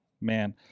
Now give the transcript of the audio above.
man